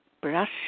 Brush